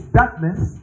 darkness